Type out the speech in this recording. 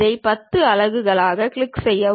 இதை 10 அலகுகளாகக் கிளிக் செய்க